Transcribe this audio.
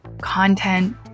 content